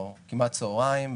או כמעט צהריים,